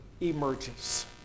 emerges